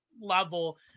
level